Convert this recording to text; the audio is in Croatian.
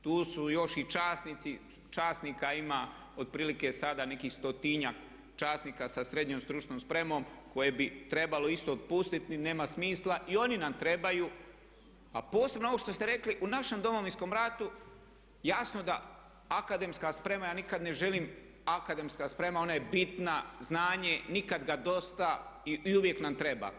Tu su još i časnici, časnika ima otprilike nekih stotinjak časnika sa srednjom stručnom spremom koje bi trebalo isto otpustiti, nema smisla i oni nam trebaju, a posebno ovo što ste rekli u našem Domovinskom ratu jasno da akademska sprema, ja nikad ne želim, akademska sprema ona je bitna, znanja nikad ga dosta i uvijek nam treba.